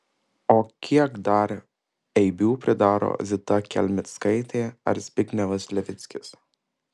o kiek dar eibių pridaro zita kelmickaitė ar zbignevas levickis